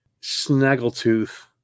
Snaggletooth